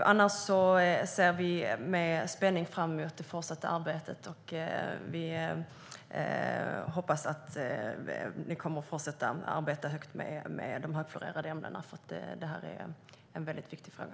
Annars ser vi med spänning fram emot det fortsatta arbetet. Vi hoppas att ni kommer att fortsätta arbeta med de högfluorerade ämnena, för det är en väldigt viktig fråga.